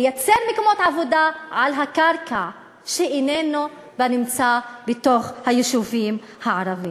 לייצר מקומות עבודה על הקרקע שאיננה בנמצא בתוך היישובים הערביים.